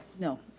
no.